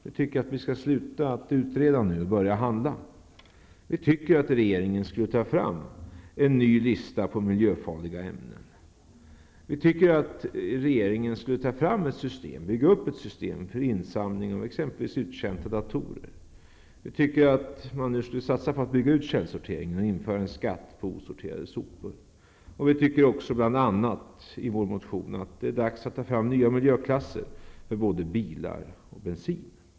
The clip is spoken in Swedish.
Vi tycker man skall sluta utreda nu och börja handla. Vi tycker att regeringen skall ta fram en ny lista på miljöfarliga ämnen. Vi tycker att regeringen skall bygga upp ett system för insamling av exempelvis uttjänta datorer. Vi tycker man skulle satsa på att bygga ut källsorteringen och införa en skatt på osorterade sopor. Vi tycker också bl.a. i vår motion, att det nu är dags att ta fram nya miljöklasser för både bilar och bensin.